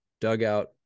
Dugout